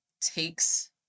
takes